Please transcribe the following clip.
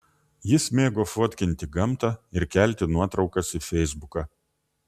jis mėgo fotkinti gamtą ir kelti nuotraukas į feisbuką